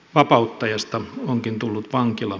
vapauttajasta onkin tullut vankila